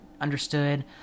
understood